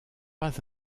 pas